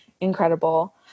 incredible